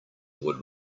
would